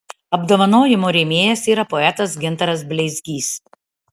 apdovanojimo rėmėjas yra poetas gintaras bleizgys